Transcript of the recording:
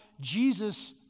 Jesus